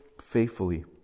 faithfully